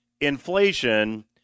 inflation